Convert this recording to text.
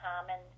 common